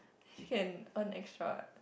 she can earn extra